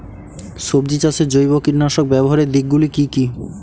সবজি চাষে জৈব কীটনাশক ব্যাবহারের দিক গুলি কি কী?